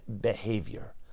behavior